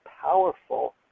powerful